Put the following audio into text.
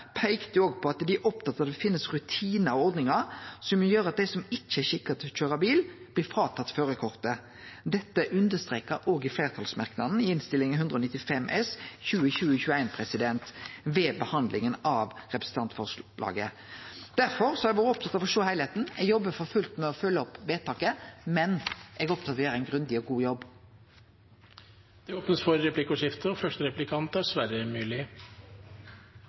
peikte også på at dei er opptatt av at det finst rutinar og ordningar som gjer at dei som ikkje er skikka til å køyre bil, blir fråtatt førarkortet. Dette er også understreka i fleirtalsmerknaden i Innst. 195 S for 2020–2021, ved behandlinga av representantforslaget. Eg har vore opptatt av å sjå heilskapen. Eg jobbar for fullt med følgje opp vedtaket, men eg er opptatt av å gjere ein grundig og god jobb. Det blir replikkordskifte.